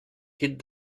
hid